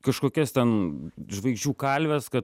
kažkokias ten žvaigždžių kalves kad